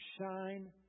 Shine